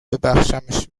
ببخشمش